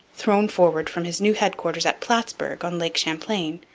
thrown forward from his new headquarters at plattsburg on lake champlain,